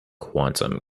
quantum